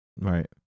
Right